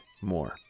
more